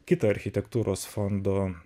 kitą architektūros fondo